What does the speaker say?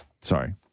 Sorry